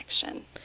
connection